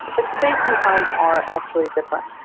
but space and time are actually different.